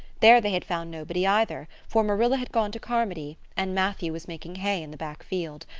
there they had found nobody either, for marilla had gone to carmody and matthew was making hay in the back field.